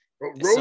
road